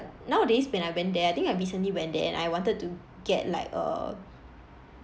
nowadays when I went there I think I recently went there and I wanted to get like err